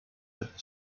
but